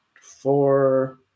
four